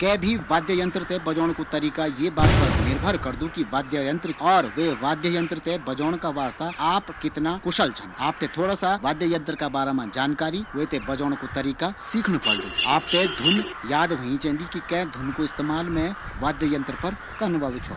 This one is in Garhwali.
कै भी वाद्य यंत्र थें बजौण कू तरीका ये बात पर निर्भर करदू कि वै वाद्ययंत्र बजोंण मा आप कितना कुशल छन। आप थें थोड़ा वी वाद्ययंत्र का बारम जानकारी और विथे बजोंण कू तरीका सीखण पड़लू। आप थें धुन याद होंयी चैन्दी कि कै धुन कू इस्तेमाल मैं वाद्ययंत्र मा करना वालू छौं।